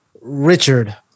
Richard